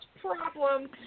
problem